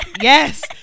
yes